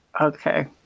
Okay